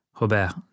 Robert